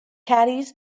caddies